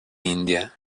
india